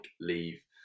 leave